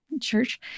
church